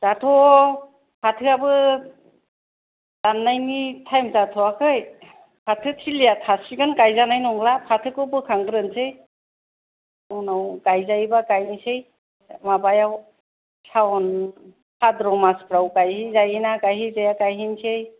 दाथ' फाथो आबो दाननायनि थायेम जाथयाखै फाथो थिलिया थासिगोन गाइजानाय नंला फाथोखौ बोखांग्रोनोसै उनाव गाइजायोबा गायनोसै माबायाव सावन बाद्र मासफ्राव गाइयै जायोना गाइयै जाया गायहैसै